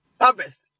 harvest